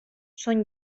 són